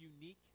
unique